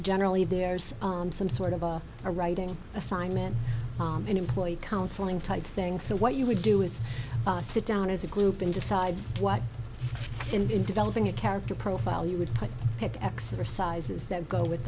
generally there's some sort of a writing assignment employee counseling type thing so what you would do is sit down as a group and decide what in developing a character profile you would put pick exercises that go with